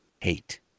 hate